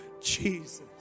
Jesus